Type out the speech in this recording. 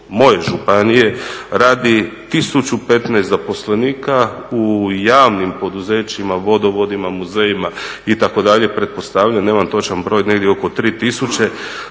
moje županije radi 1015 zaposlenika u javnim poduzećima, vodovodima, muzejima itd., pretpostavljam, nemam točan broj, negdje oko 3000,